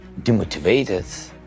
demotivated